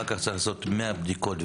צריך לעשות כ-100 בדיקות,